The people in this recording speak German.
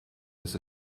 dass